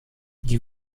die